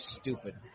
stupid